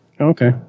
Okay